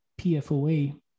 PFOA